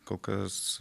kol kas